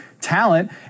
talent